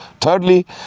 thirdly